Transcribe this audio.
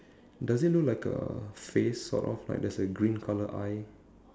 does it look like a face sort of like there's a green colour eye